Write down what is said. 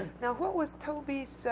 now, what was tobe's